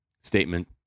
Statement